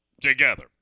together